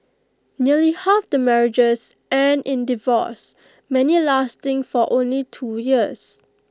nearly half the marriages end in divorce many lasting for only two years